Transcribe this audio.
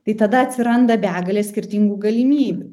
tai tada atsiranda begalė skirtingų galimybių